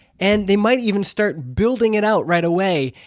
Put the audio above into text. and they might even start building it out right away,